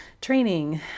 training